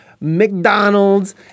McDonald's